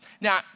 Now